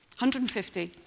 150